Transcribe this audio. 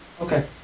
Okay